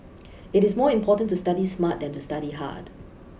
it is more important to study smart than to study hard